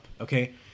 okay